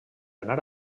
anar